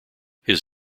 his